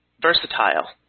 versatile